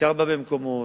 ביקרת בהרבה מקומות,